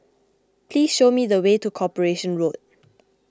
please show me the way to Corporation Road